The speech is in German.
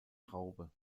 traube